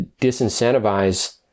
disincentivize